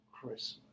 Christmas